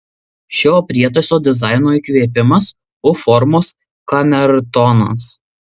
šio prietaiso dizaino įkvėpimas u formos kamertonas